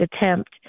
attempt